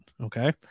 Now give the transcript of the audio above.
Okay